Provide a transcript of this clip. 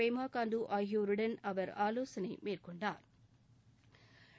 பேமா காண்டு ஆகியோருடன் அவா் ஆலோசனை மேற்கொண்டாா்